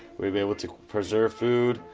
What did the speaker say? we were able to preserve food,